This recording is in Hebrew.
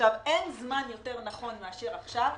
אין זמן יותר נכון מאשר עכשיו,